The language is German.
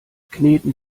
kneten